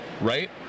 right